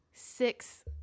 Six